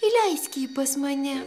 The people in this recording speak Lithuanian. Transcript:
įleisk jį pas mane